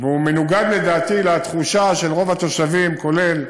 והוא מנוגד, לדעתי, לתחושה של רוב התושבים, כולל